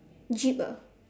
jeep ah